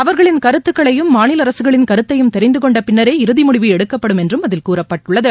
அவர்களின் கருத்துக்களையும் மாநில அரசுகளின் கருத்தையும் தெரிந்து கொண்ட பின்னரே இறுதி முடிவு எடுக்கப்படும் என்றும் அதில் கூறப்பட்டுள்ளது